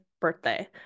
birthday